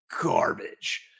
garbage